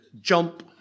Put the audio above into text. jump